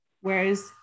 Whereas